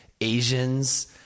Asians